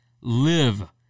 live